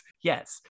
yes